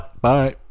Bye